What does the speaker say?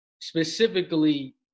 specifically